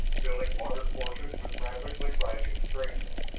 filling watercourses with rapidly rising streams.